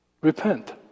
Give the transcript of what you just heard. Repent